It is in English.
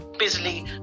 busily